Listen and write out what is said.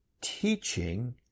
teaching